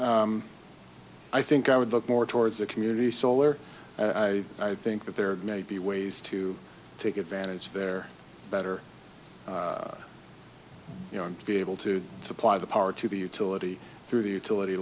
but i think i would look more towards the community solar i think that there may be ways to take advantage of their better you know and be able to supply the power to be utility through the utility